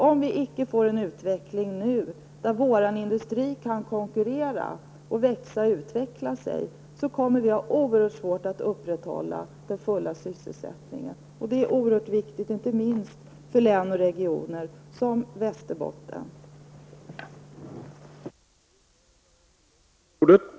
Om vi icke får en utveckling nu där vår industri kan konkurrera, växa och utvecklas, kommer vi att ha oerhört svårt att upprätthålla den fulla sysselsättningen, något som ju är oerhört viktigt inte minst för regioner och län som Västerbottens län.